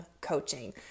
coaching